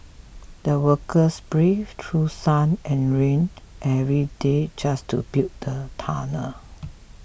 the workers braved through sun and rain every day just to build the tunnel